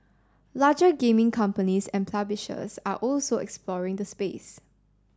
larger gaming companies and publishers are also exploring the space